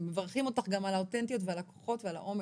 מברכים אותך גם על האותנטיות ועל הכוחות ועל האומץ.